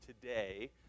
today